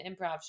improv